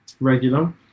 Regular